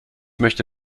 möchte